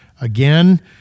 Again